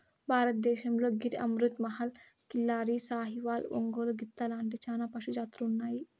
భారతదేశంలో గిర్, అమృత్ మహల్, కిల్లారి, సాహివాల్, ఒంగోలు గిత్త లాంటి చానా పశు జాతులు ఉన్నాయి